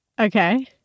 okay